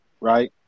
right